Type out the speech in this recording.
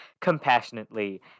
compassionately